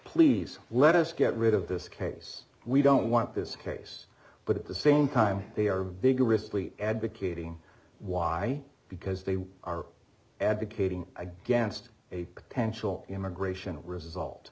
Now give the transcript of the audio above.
please let us get rid of this case we don't want this case but at the same time they are bigger risk leap advocating why because they are advocating against a potential immigration result